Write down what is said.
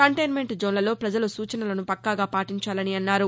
containment జోస్లలో ప్రపజలు సూచనలను పక్కాగా పాటించాలని అన్నారు